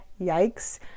yikes